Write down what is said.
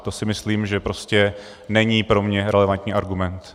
To si myslím, že prostě není pro mě relevantní argument.